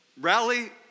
rally